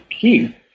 key